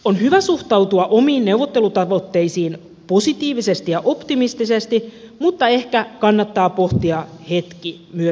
on hyvä suhtautua omiin neuvottelutavoitteisiin positiivisesti ja optimistisesti mutta ehkä kannattaa pohtia hetki myös riskejä